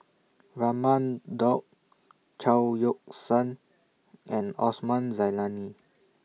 Raman Daud Chao Yoke San and Osman Zailani